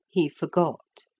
he forgot